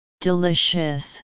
Delicious